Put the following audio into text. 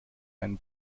einen